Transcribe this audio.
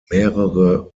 mehrere